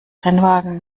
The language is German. rennwagen